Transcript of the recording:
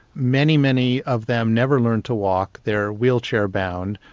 many, many of them never learn to walk, they're wheelchair bound,